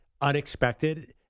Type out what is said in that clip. unexpected